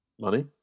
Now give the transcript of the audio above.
Money